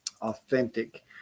authentic